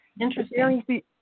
Interesting